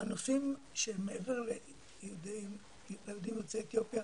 בנושאים שהם מעבר ליהודים יוצאי אתיופיה,